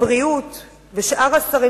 הבריאות ושאר השרים,